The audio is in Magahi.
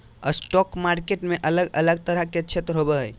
स्टॉक मार्केट में अलग अलग तरह के क्षेत्र होबो हइ